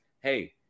hey